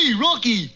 Rocky